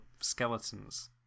skeletons